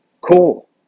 cool